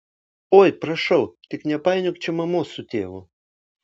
oi prašau tik nepainiok čia mamos su tėvu